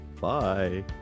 Bye